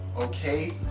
okay